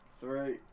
Three